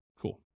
Cool